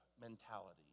mentality